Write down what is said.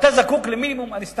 אתה זקוק למינימום, יש לי ארבעה.